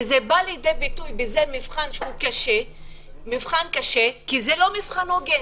וזה בא לידי ביטוי במבחן קשה ומבחן לא הוגן.